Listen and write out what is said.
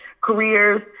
careers